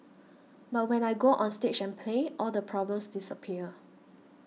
but when I go onstage and play all the problems disappear